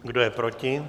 Kdo je proti?